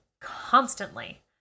constantly